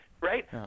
right